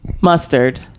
Mustard